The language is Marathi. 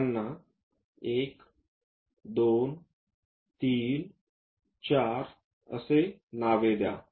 त्यांना 1234 असे नाव द्या